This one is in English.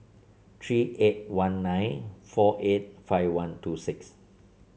three eight one nine four eight five one two six